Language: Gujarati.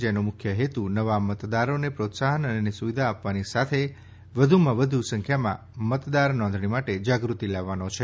જેનો મુખ્ય હેતુ નવા મતદારોને પ્રોત્સાહન અને સુવિધા આપવાની સાથે વધુમાં વધુ સંખ્યામાં મતદાર નોંધણી માટે જાગૃતિ લાવવાનો છે